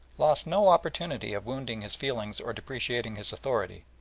lost no opportunity of wounding his feelings or depreciating his authority.